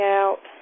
out